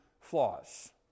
flaws